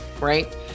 Right